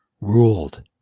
ruled